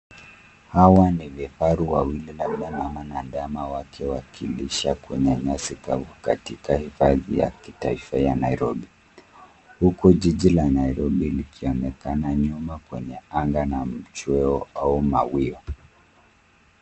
Hawa ni vifaru wawili, labda mama na ndama wake wakilisha kwenye nyasi kavu, katika hifadhi ya kitaifa ya Nairobi. Huku jiji la Nairobi likionekana nyuma kwenye anga na machweo au mawio.